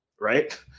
right